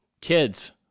kids